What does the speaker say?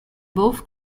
both